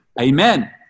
Amen